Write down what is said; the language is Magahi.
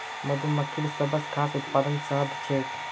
मधुमक्खिर सबस खास उत्पाद शहद ह छेक